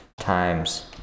Times